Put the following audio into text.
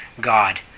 God